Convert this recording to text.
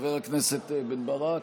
חבר הכנסת רם בן ברק,